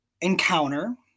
encounter